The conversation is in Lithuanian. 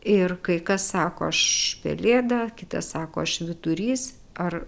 ir kai kas sako aš pelėda kitas sako aš vyturys ar